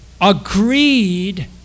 agreed